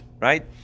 right